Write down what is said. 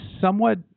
somewhat